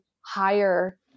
higher